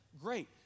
Great